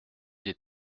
des